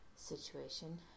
situation